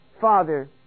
Father